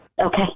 Okay